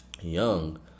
young